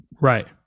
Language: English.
Right